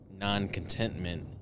non-contentment